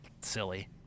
silly